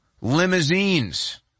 Limousines